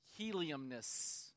heliumness